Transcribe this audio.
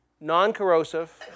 non-corrosive